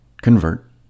convert